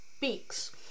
beaks